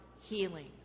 healing